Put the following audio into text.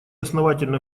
основательно